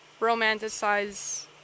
romanticize